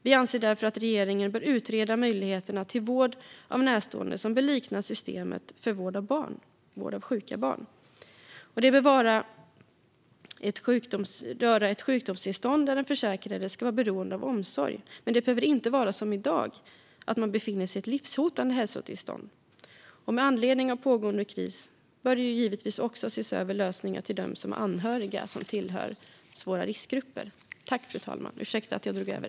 Vi anser därför att regeringen bör utreda möjligheterna till vård av närstående som bör likna systemet för vård av sjuka barn. Det bör röra ett sjukdomstillstånd där den försäkrade ska vara beroende av omsorg. Men det behöver inte vara som i dag att personen befinner sig i ett livshotande hälsotillstånd. Med anledning av pågående kris bör man givetvis också se över regler för anhöriga som hör till utsatta riskgrupper.